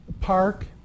park